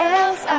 else